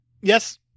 Yes